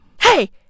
Hey